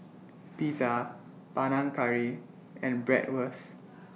Pizza Panang Curry and Bratwurst